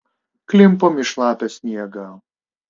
klimpom į šlapią sniegą